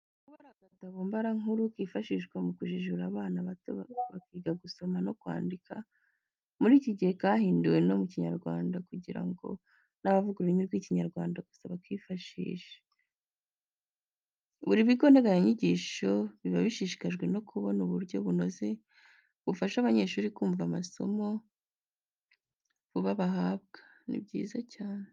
Akili and me, ashobora kuba ari agatabo mbarankuru kifashishwa mu kujijura abana bato bakiga gusoma no kwandika. Muri iki gihe kahinduwe no mu kinyarwanda kugira ngo n'abavuga ururimi rw'ikinyarwanda gusa bakifashishe. Buri bigo nteganyagisho biba bishishikajwe no kubona uburyo bunoze bufasha abanyeshuri kumva vuba amasomo bahabwa. Ni byiza cyane.